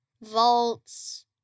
vaults